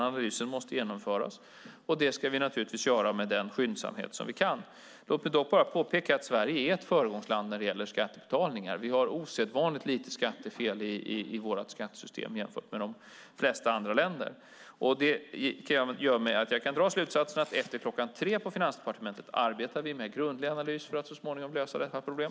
Analysen måste genomföras, och det ska vi naturligtvis göra med den skyndsamhet som vi kan. Låt mig dock påpeka att Sverige är ett föregångsland när det gäller skattebetalningar. Vi har osedvanligt lite skattefel i vårt skattesystem jämfört med de flesta andra länder. Detta gör att jag kan dra slutsatsen att efter klockan tre arbetar vi på Finansdepartementet med grundlig analys för att så småningom lösa detta problem.